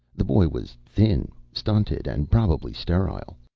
the boy was thin, stunted. and probably sterile.